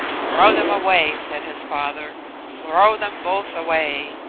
throw them away, said his father throw them both away.